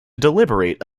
deliberate